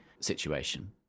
situation